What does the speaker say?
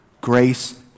Grace